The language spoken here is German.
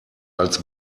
als